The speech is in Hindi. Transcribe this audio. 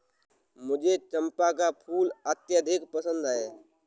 मुझे चंपा का फूल अत्यधिक पसंद है